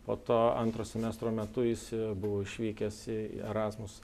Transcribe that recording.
po to antro semestro metu jis buvo išvykęs į erasmus